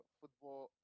football